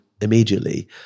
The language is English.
immediately